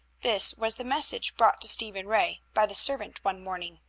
this was the message brought to stephen ray by the servant one morning.